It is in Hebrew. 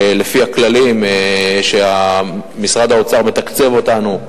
ולפי הכללים שמשרד האוצר מתקצב אותנו,